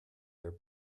their